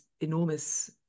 enormous